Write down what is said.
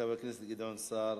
חבר הכנסת גדעון סער.